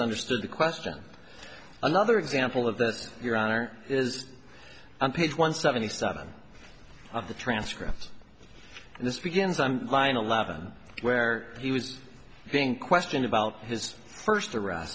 understood the question another example of that your honor is on page one seventy seven of the transcript and this begins i'm line eleven where he was being questioned about his first ar